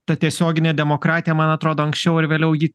ta tiesioginė demokratija man atrodo anksčiau ar vėliau ji